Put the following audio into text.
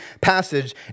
passage